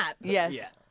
Yes